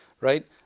right